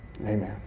Amen